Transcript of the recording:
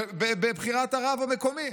בבחירת הרב המקומי.